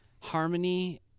Harmony